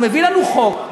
הוא מביא לנו חוק,